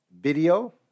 video